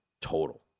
total